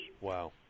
Wow